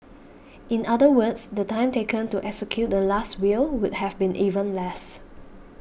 in other words the time taken to execute the Last Will would have been even less